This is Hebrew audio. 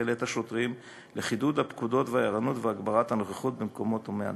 את השוטרים לחידוד הפקודות והערנות והגברת הנוכחות במקומות הומי אדם.